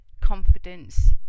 confidence